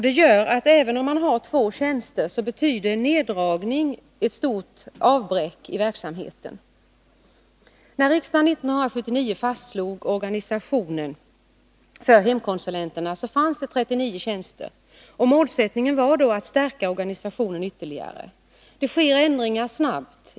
Det gör att en neddragning även där betyder ett stort avbräck i verksamheten. När riksdagen 1979 fastslog organisationen för hemkonsulenterna fanns det 39 tjänster. Målsättningen var då att stärka organisationen ytterligare. Ändringar sker snabbt.